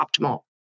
optimal